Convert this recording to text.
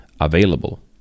available